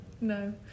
No